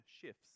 shifts